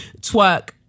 twerk